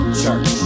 church